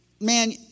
man